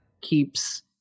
keeps